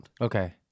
Okay